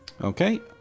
Okay